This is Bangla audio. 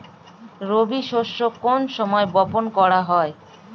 রবি শস্য কোন সময় বপন করা হয়?